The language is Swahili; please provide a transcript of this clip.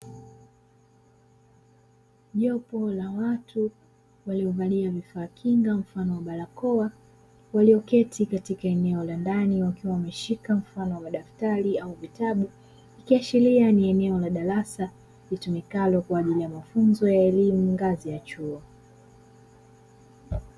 Jopo la watu waliovaliwa vifaa kinga mfano barakoa, walioketi katika eneo la ndani wakiwa wameshika mfano wa daktari au kitabu, ikiashiria ni eneo la darasa litumikalo kwa ajili ya mafunzo ya elimu ngazi ya chuo.